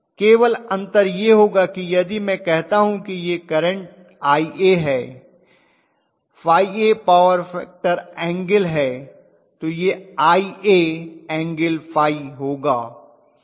केवल अंतर यह होगा कि यदि मैं कहता हूं कि यह करंट Ia है ∅ पॉवर फैक्टर एंगल है तो यह Ia∠∅ होगा